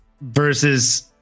versus